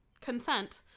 consent